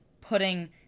putting